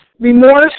remorse